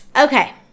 Okay